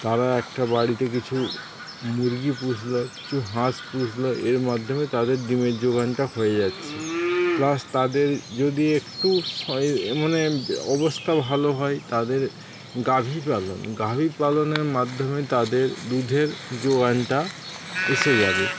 তারা একটা বাড়িতে কিছু মুরগী পুষলো কিছু হাঁস পুষলো এর মাধ্যমে তাদের ডিমের যোগানটা হয়ে যাচ্ছে প্লাস তাদের যদি একটু মানে অবস্থা ভালো হয় তাদের গাভি পালন গাভি পালনের মাধ্যমে তাদের দুধের যোগানটা এসে যাবে